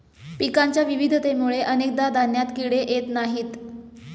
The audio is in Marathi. पिकांच्या विविधतेमुळे अनेकदा धान्यात किडे येत नाहीत